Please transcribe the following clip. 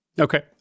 Okay